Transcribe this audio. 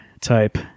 Type